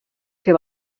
fer